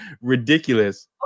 ridiculous